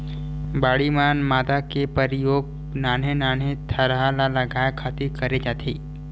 बाड़ी म मांदा के परियोग नान्हे नान्हे थरहा ल लगाय खातिर करे जाथे